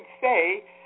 say